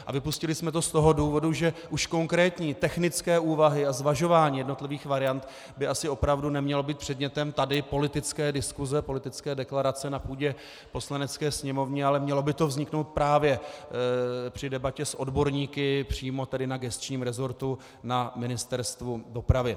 A vypustili jsme to z toho důvodu, že už konkrétní technické úvahy a zvažování jednotlivých variant by asi opravdu neměly být předmětem tady politické diskuse, politické deklarace na půdě Poslanecké sněmovny, ale mělo by to vzniknout právě při debatě s odborníky přímo na gesčním resortu na Ministerstvu dopravy.